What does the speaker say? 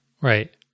right